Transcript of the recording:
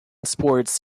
sports